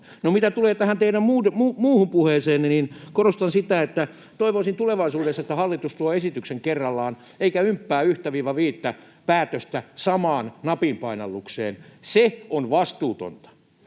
mitä tulee tähän teidän muuhun puheeseenne, niin korostan sitä, että toivoisin, että tulevaisuudessa hallitus tuo esityksen kerrallaan eikä ymppää yhtä—viittä päätöstä samaan napinpainallukseen. Se on vastuutonta.